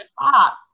stop